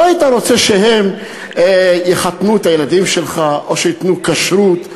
לא היית רוצה שהם יחתנו את הילדים שלך או שייתנו כשרות.